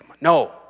No